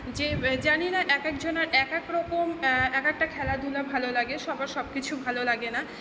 যে জানি না এক এক জনার এক এক রকম এক একটা খেলাধুলা ভালো লাগে সবার সব কিছু ভালো লাগে না